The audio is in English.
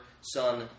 son